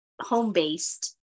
home-based